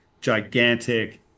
gigantic